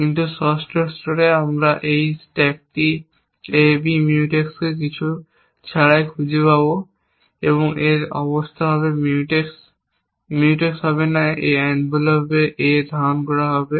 কিন্তু ষষ্ঠ স্তরে আমরা এই স্ট্যাকটি AB Mutex কে কিছু ছাড়াই খুঁজে পাব এবং এর অবস্থা হবে Mutex Mutex হবে না A envelop এ A ধারণ করা হবে